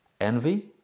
Envy